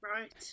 Right